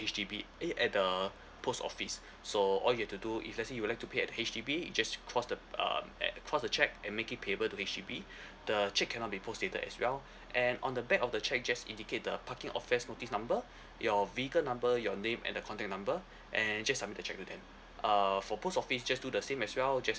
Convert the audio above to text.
H_D_B eh at the post office so all you have to do if let's say you would like to pay at the H_D_B you just cross the um at cross the cheque and make it payable to H_D_B the cheque cannot be postdated as well and on the back of the cheque just indicate the parking offence notice number your vehicle number your name and the contact number and just submit the cheque to them uh for post office just do the same as well just